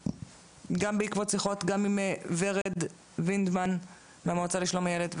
גם בעקבות שיחות עם ורד וינדמן מהמועצה לשלום הילד,